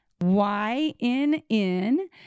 Y-N-N